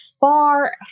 far